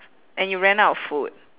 and you ran out of food